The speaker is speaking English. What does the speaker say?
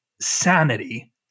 sanity